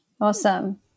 Awesome